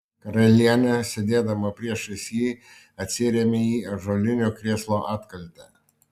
karalienė sėdėdama priešais jį atsirėmė į ąžuolinio krėslo atkaltę